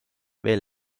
veel